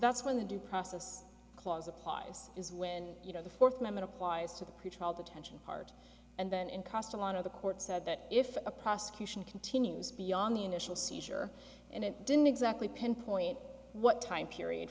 that's when the due process clause applies is when you know the fourth amendment applies to the pretrial detention part and then in cost of honor the court said that if the prosecution continues beyond the initial seizure and it didn't exactly pinpoint what time period